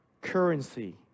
currency